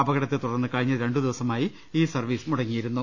അപകടത്തെ തുടർന്ന് കഴിഞ്ഞ രണ്ടുദിവ സമായി ഈ സർവീസ് മുടങ്ങിയിരുന്നു